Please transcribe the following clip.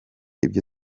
ibyo